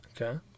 Okay